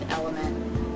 element